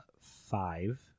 five